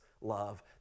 love